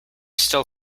still